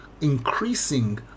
increasing